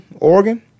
Oregon